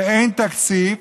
ואין תקציב.